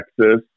Texas